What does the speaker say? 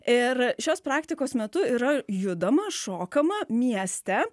ir šios praktikos metu yra judama šokama mieste